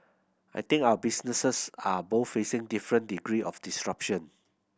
I think our businesses are both facing different degree of disruption